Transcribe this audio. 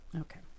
okay